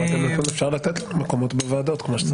אפשר לתת לנו מקומות בוועדות כמו שצריך.